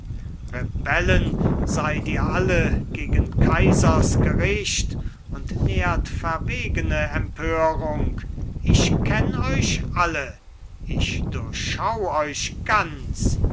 rebellen seid ihr alle gegen kaisers gericht und nährt verwegene empörung ich kenn euch alle ich durchschau euch ganz